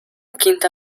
quinta